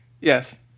Yes